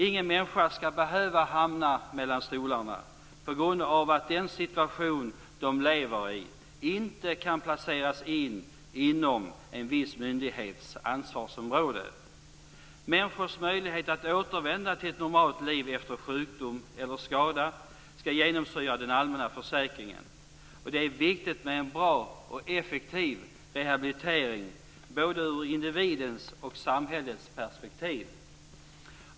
Inga människor skall behöva hamna mellan stolarna på grund av att den situation de lever i inte kan placeras in inom en viss myndighets ansvarsområde. Människors möjlighet att återvända till ett normalt liv efter sjukdom eller skada skall genomsyra den allmänna försäkringen. Det är viktigt med en bra och effektiv rehabilitering - både ur individens och samhällets perspektiv.